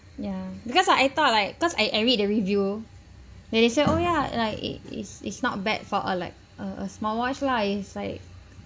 ya because I I thought like cause I I read the review then they say oh yeah like it is is not bad for a like a a small watch lah is like